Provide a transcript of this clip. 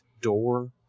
door